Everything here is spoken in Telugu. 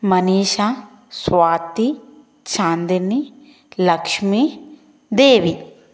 మనీషా స్వాతి చాందిని లక్ష్మి దేవి